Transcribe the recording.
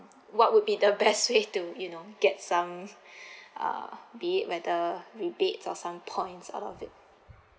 what would be the best way to you know get some uh be it whether rebate or some points out of it